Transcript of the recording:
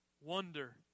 Wonder